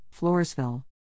Floresville